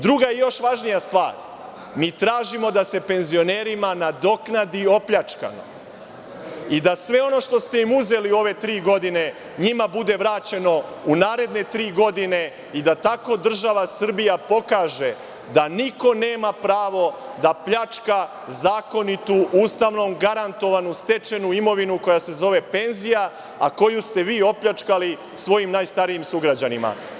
Druga, još važnija stvar, tražimo da se penzionerima nadoknadi opljačkano i da sve ono što ste im uzeli u ove tri godine njima bude vraćeno u naredne tri godine i da tako država Srbija pokaže da niko nema pravo da pljačka zakonitu, Ustavom garantovanu stečenu imovinu koja se zove penzija, a koju ste vi opljačkali svojim najstarijim sugrađanima.